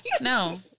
No